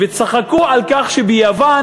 וצחקו על כך שביוון,